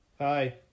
Hi